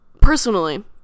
Personally